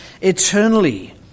eternally